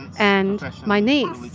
and my niece,